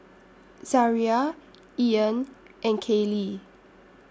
Zariah Ean and Kaylie